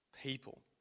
people